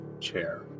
chair